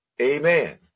Amen